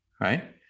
right